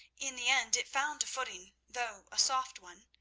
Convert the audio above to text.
in the end it found a footing, though a soft one.